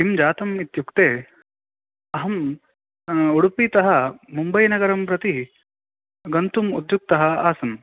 किं जातम् इत्युक्ते अहम् उडुपितः मुम्बैनगरं प्रति गन्तुम् उद्युक्तः आसम्